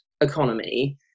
economy